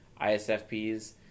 ISFPs